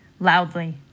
Loudly